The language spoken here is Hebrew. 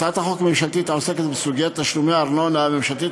הצעת חוק ממשלתית העוסקת בסוגיית תשלומי הארנונה הממשלתית